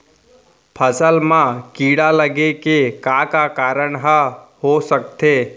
फसल म कीड़ा लगे के का का कारण ह हो सकथे?